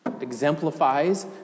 exemplifies